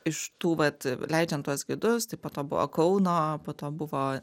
iš tų vat leidžiant tuos gidus tai po to buvo kauno po to buvo